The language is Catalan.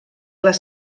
les